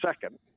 second